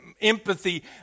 empathy